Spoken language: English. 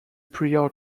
prior